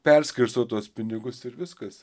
perskirsto tuos pinigus ir viskas